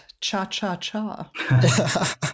cha-cha-cha